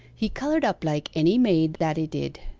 he coloured up like any maid, that a did